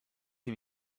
him